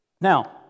Now